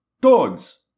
dogs